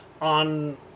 on